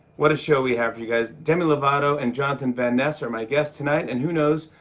what a show we have for you guys. demi lovato and jonathan van ness are my guests tonight and who knows?